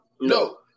No